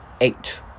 Eight